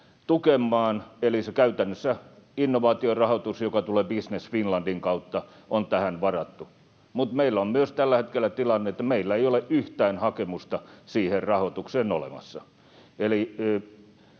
eli käytännössä se innovaatiorahoitus, joka tulee Business Finlandin kanssa, on tähän varattu, mutta meillä on myös tällä hetkellä tilanne, että meillä ei ole yhtään hakemusta siihen rahoitukseen olemassa. Eli